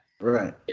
Right